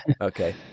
okay